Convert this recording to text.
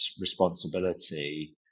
responsibility